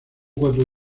cuatro